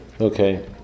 Okay